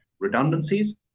Redundancies